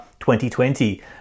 2020